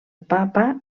papa